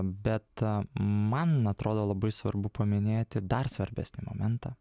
bet man atrodo labai svarbu paminėti dar svarbesnį momentą